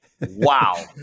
Wow